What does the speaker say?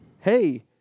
Hey